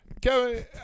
Kevin